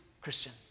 Christian